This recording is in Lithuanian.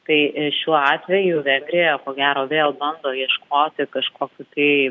tai šiuo atveju vengrija ko gero vėl bando ieškoti kažkokių tai